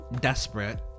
desperate